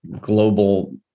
global